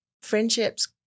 friendships